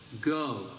go